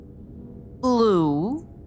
Blue